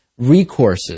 recourses